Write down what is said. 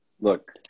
look